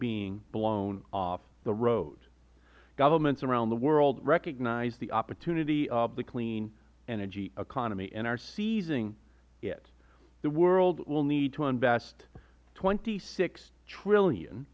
being blown off the road governments around the world recognize the opportunity of the clean energy economy and are seizing it the world will need to invest twenty six